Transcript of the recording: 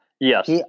Yes